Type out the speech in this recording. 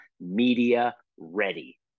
media-ready